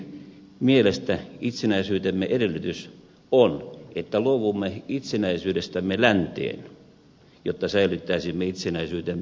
suomalaisen eliitin mielestä itsenäisyytemme edellytys on että luovumme itsenäisyydestämme länteen jotta säilyttäisimme itsenäisyytemme itään